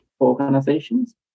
organizations